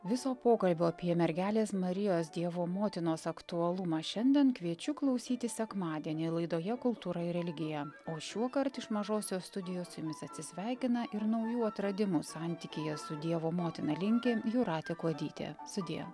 viso pokalbio apie mergelės marijos dievo motinos aktualumą šiandien kviečiu klausytis sekmadienį laidoje kultūra ir religija o šiuokart iš mažosios studijos su jumis atsisveikina ir naujų atradimų santykyje su dievo motina linki jūratė kuodytė sudie